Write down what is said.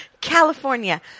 California